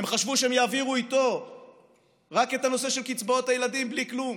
הם חשבו שהם יעבירו איתו רק את הנושא של קצבאות הילדים בלי כלום.